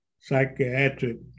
psychiatric